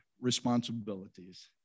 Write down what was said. responsibilities